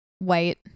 white